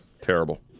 Terrible